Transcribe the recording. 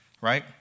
right